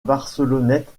barcelonnette